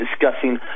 discussing